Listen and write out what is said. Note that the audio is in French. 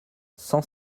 cent